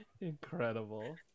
Incredible